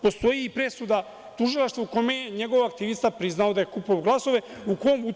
Postoji i presuda tužilaštva u kome je njegov aktivista priznao da je kupovao glasove.